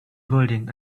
building